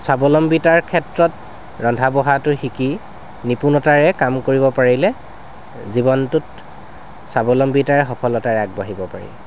স্বাৱলম্বিতাৰ ক্ষেত্ৰত ৰন্ধা বঢ়াটো শিকি নিপুণতাৰে কাম কৰিব পাৰিলে জীৱনটোত স্বাৱলম্বিতাৰে সফলতাৰে আগবাঢ়িব পাৰি